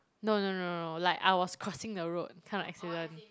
no no no no no like I was crossing the road kind of accident